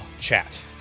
chat